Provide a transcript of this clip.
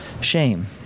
shame